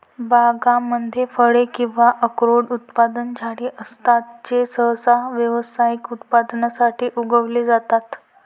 बागांमध्ये फळे किंवा अक्रोड उत्पादक झाडे असतात जे सहसा व्यावसायिक उत्पादनासाठी उगवले जातात